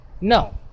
No